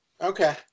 Okay